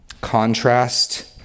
contrast